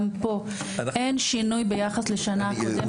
גם פה אין שינוי ביחס לשנה קודמת ובעבר.